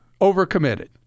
overcommitted